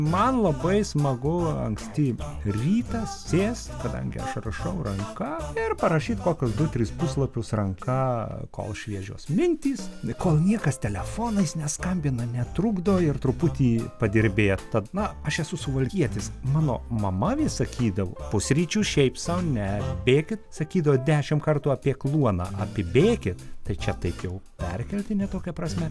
man labai smagu anksti rytą sėst kadangi aš rašau ranka ir parašyt kokius du tris puslapius ranka kol šviežios mintys kol niekas telefonais neskambina netrukdo ir truputį padirbėt tad na aš esu suvalkietis mano mama vis sakydavo pusryčių šiaip sau ne bėkit sakydavo dešim kartų apie kluoną apibėkit tai čia taikiau perkeltine tokia prasme